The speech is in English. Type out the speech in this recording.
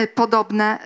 podobne